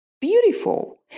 beautiful